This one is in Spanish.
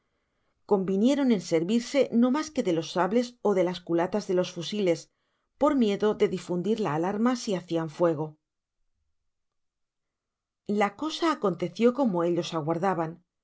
convinieron en servirse no mas que de los sables ó de las culatas de los fusiles por miedo de difundir la alarma si hacian fuego la cosa acontenció como ellos aguardaban